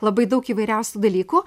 labai daug įvairiausių dalykų